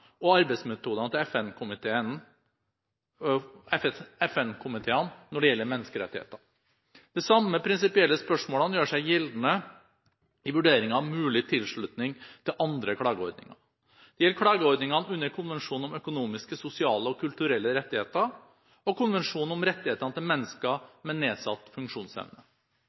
og arbeidsmetodene til FN-komiteene når det gjelder menneskerettigheter. De samme prinsipielle spørsmålene gjør seg gjeldende i vurderingen av mulig tilslutning til andre klageordninger. Det gjelder klageordningene under konvensjonen om økonomiske, sosiale og kulturelle rettigheter og konvensjonen om rettighetene til mennesker med nedsatt funksjonsevne.